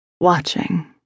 watching